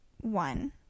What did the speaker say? one